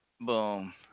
Boom